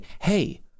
hey